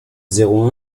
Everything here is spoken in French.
zéro